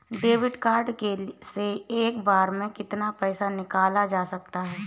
Debit card से एक बार में कितना पैसा निकाला जा सकता है?